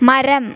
മരം